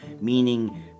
meaning